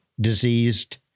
diseased